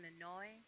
annoying